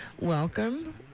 welcome